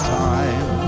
time